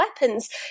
weapons